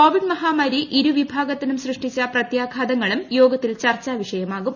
Covid മഹാമാരി ഇരു വിഭാഗത്തിനും സൃഷ്ടിച്ച പ്രത്യാഘാതങ്ങളും യോഗത്തിൽ ചർച്ചാ വിഷയമാകും